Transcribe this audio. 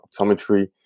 optometry